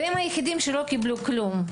הם היחידים שלא קיבלו כלום.